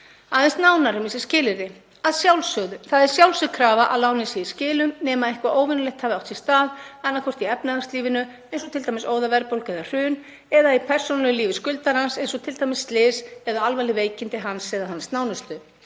Aðeins nánar um þessi skilyrði: Það er sjálfsögð krafa að lánið sé í skilum nema eitthvað óvenjulegt hafi átt sér stað, annaðhvort í efnahagslífinu, eins og t.d. óðaverðbólga eða hrun, eða í persónulegu lífi skuldarans, eins og t.d. slys eða alvarleg veikindi hans eða hans nánustu,